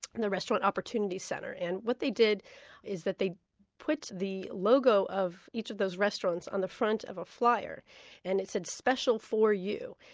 and the restaurant opportunities center. and what they did is that they put the logo of each of those restaurants on the front of a flyer and it said, special for you.